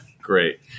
Great